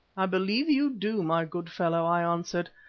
i believe you do, my good fellow, i answered,